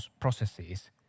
processes